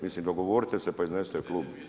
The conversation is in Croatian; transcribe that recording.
Mislim dogovorite se, pa iznesite klub.